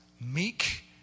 meek